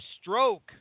stroke